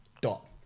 dot